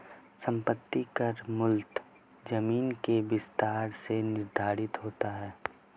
संपत्ति कर मूलतः जमीन के विस्तार से निर्धारित होता है